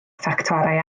ffactorau